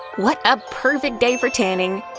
what a perfect day for tanning!